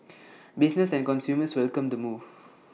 businesses and consumers welcomed the move